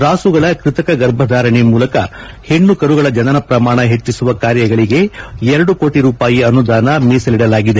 ರಾಸುಗಳ ಕೃತಕ ಗರ್ಭಧಾರಣೆ ಮೂಲಕ ಹೆಣ್ಣು ಕರುಗಳ ಜನನ ಪ್ರಮಾಣ ಹೆಚ್ಚಿಸುವ ಕಾರ್ಯಗಳಿಗೆ ಎರಡು ಕೋಟಿ ರೂಪಾಯಿ ಅನುದಾನ ಮೀಸಲಿದಲಾಗಿದೆ